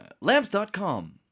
Lamps.com